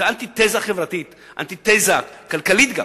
זה אנטיתזה חברתית, גם אנטיתזה כלכלית.